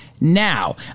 now